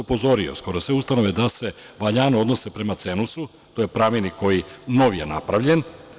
Upozorio sam skoro sve ustanove da se valjano odnose prema Cenusu, to je pravilnik koji, novi je napravljen.